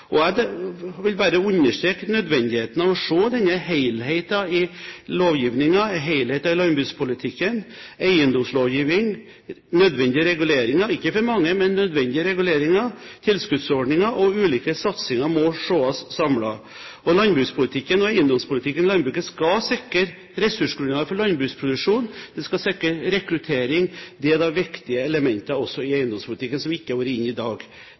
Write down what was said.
Jeg vil bare understreke nødvendigheten av å se helheten i lovgivningen, helheten i landbrukspolitikken, eiendomslovgivning, nødvendige reguleringer – ikke for mange, men nødvendige reguleringer – tilskuddsordninger og ulike satsinger samlet. Landbrukspolitikken og eiendomspolitikken i landbruket skal sikre ressursgrunnlaget for landbruksproduksjonen. Det skal sikre rekruttering. Det er viktige elementer også i eiendomspolitikken, som vi ikke har vært inne på i dag.